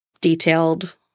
detailed